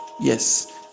Yes